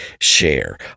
share